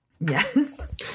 Yes